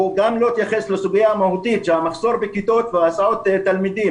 הוא גם לא התייחס לסוגיה המהותית של המחסור בכיתות והסעות תלמידים.